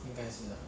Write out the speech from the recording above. in case you know